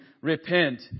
repent